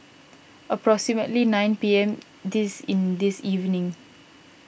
approximately nine P M this in this evening